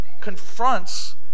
confronts